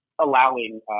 allowing